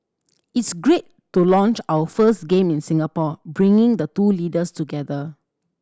it's great to launch our first game in Singapore bringing the two leaders together